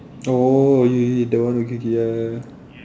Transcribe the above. oh ya ya that one okay K ya